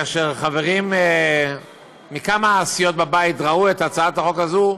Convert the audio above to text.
מעט שקט באולם.